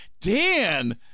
Dan